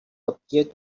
appeared